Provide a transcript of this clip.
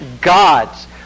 God's